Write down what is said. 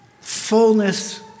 fullness